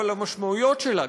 אבל המשמעויות שלה,